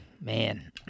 Man